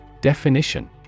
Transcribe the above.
Definition